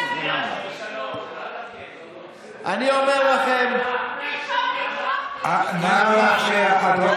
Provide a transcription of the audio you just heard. אני אומר לכם, נא לאפשר.